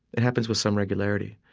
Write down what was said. it happens with some regularity.